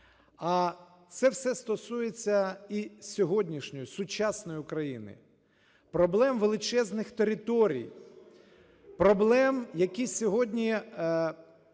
А це все стосується і сьогоднішньої сучасної України, проблем величезних територій, проблем, які сьогодні